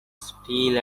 still